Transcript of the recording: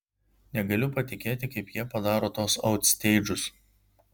negaliu patikėti kaip jie padaro tuos autsteidžus